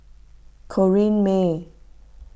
Corrinne May